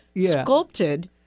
sculpted